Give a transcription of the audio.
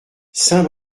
saint